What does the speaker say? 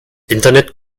internet